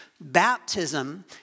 Baptism